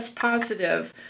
positive